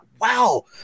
wow